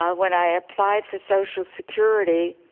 ah when i applied for social security,